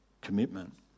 commitment